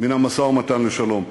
מן המשא-ומתן לשלום.